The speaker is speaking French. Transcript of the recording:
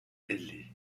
ailées